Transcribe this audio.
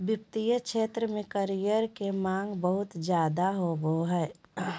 वित्तीय क्षेत्र में करियर के माँग बहुत ज्यादे होबय हय